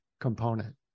component